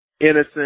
innocent